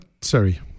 sorry